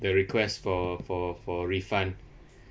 the request for for for refund